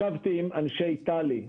ישבתי עם אנשי תל"י,